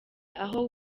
aho